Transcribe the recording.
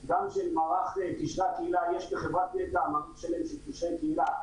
עם מערך קשרי קהילה יש לחברת נת"ע מערכת של קשרי קהילה,